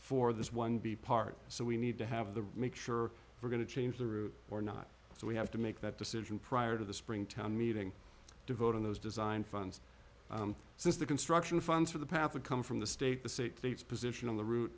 for this one be part so we need to have the make sure we're going to change the route or not so we have to make that decision prior to the spring town meeting to vote on those design funds since the construction funds for the path would come from the state the state state's position on the ro